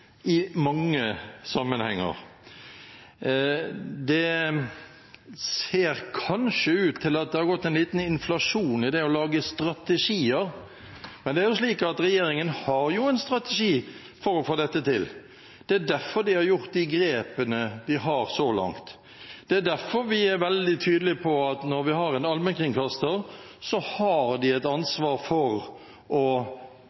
i mange sammenhenger. Det ser kanskje ut til at det har gått inflasjon i det å lage strategier, men regjeringen har en strategi for å få dette til. Det er derfor den har gjort de grepene den har så langt. Det er derfor vi er veldig tydelige på at når vi har en allmennkringkaster, har den et ansvar for å